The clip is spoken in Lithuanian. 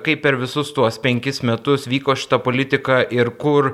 kaip per visus tuos penkis metus vyko šita politika ir kur